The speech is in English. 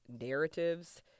narratives